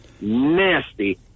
nasty